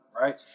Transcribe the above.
Right